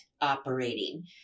operating